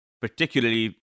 particularly